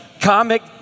comic